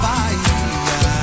Bahia